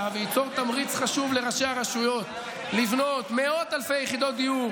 וייצור תמריץ חשוב לראשי הרשויות לבנות מאות אלפי יחידות דיור,